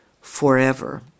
forever